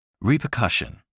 Repercussion